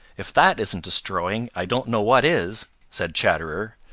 if that isn't destroying, i don't know what is! said chatterer,